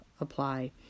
apply